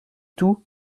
tout